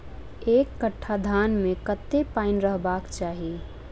एक कट्ठा धान मे कत्ते पानि रहबाक चाहि?